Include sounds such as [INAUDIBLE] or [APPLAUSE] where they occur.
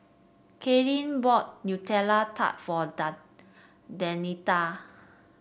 Karlene bought Nutella Tart for [UNINTELLIGIBLE] Danita